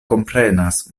komprenas